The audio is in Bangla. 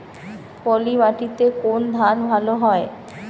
পলিমাটিতে কোন ধান ভালো হয়?